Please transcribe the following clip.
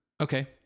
Okay